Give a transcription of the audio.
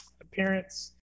appearance